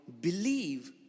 believe